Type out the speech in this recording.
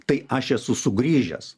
tai aš esu sugrįžęs